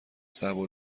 صعب